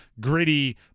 gritty